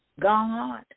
God